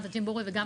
גם ג'ימבורי,